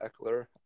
Eckler